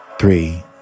three